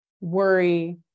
worry